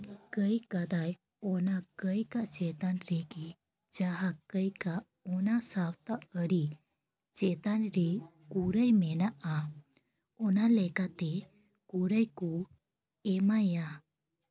ᱠᱟᱹᱭ ᱠᱟᱫᱟᱭ ᱚᱱᱟ ᱠᱟᱹᱭ ᱠᱚ ᱪᱮᱛᱟᱱ ᱨᱮᱜᱮ ᱡᱟᱦᱟᱸ ᱠᱟᱹᱭ ᱠᱟᱜ ᱚᱱᱟ ᱥᱟᱶᱛᱟ ᱟᱹᱨᱤ ᱪᱮᱛᱟᱱ ᱨᱮ ᱠᱩᱲᱟᱹᱭ ᱢᱮᱱᱟᱜᱼᱟ ᱚᱱᱟ ᱞᱮᱠᱟᱛᱮ ᱠᱩᱲᱟᱹᱭ ᱠᱚ ᱮᱢᱟᱭᱟ